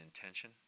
intention